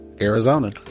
Arizona